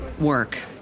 work